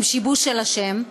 עם שיבוש של השם,